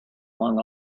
among